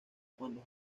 cuando